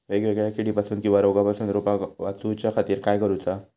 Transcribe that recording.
वेगवेगल्या किडीपासून किवा रोगापासून रोपाक वाचउच्या खातीर काय करूचा?